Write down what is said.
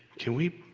can we.